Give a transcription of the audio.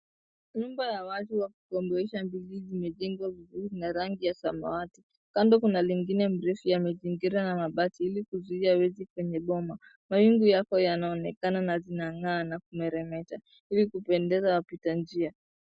Nyumba ya watu wa kukomboesha mbili zimejengwa vizuri na rangi ya samawati. Kando kuna zingine mrefu zimezingirwa na mabati kuzuia wezi kwenye boma. Mawingu yako yanaonekana na zinang'aa na kumeremeta ili kupendeza wapita njia.